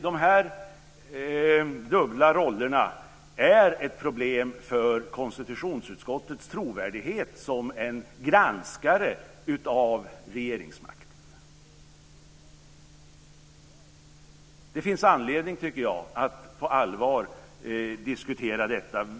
De här dubbla rollerna är ett problem för konstitutionsutskottets trovärdighet som granskare av regeringsmakten. Det finns anledning, tycker jag, att på allvar diskutera detta.